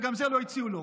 וגם את זה לא הציעו לו.